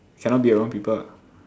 cannot be around people